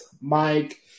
Mike